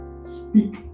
speak